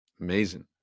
Amazing